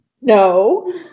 no